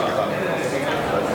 2 נתקבלו.